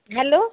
hello